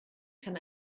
kann